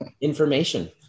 information